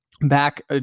back